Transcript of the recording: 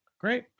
Great